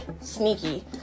sneaky